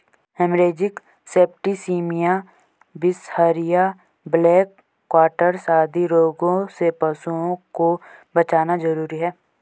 haemorrhagic septicaemia, बिसहरिया, black quarters आदि रोगों से पशुओं को बचाना जरूरी है